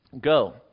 Go